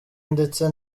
ndetse